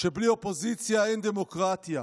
שבלי אופוזיציה אין דמוקרטיה.